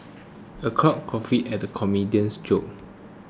the crowd guffawed at the comedian's jokes